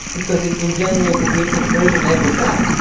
because it will generate a different version every time.